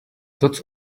dots